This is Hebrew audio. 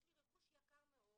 יש לי רכוש יקר מאוד.